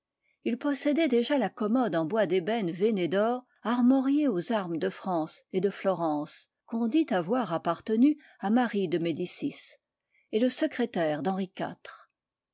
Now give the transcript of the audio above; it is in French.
il possédait déjà la commode en bois d'ébène veiné d'or armoriée aux armes de france et de florence qu'on dit avoir appartenu à marie de médicis et le secrétaire d'henri